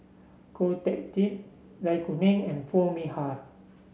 Ko Teck Kin Zai Kuning and Foo Mee Har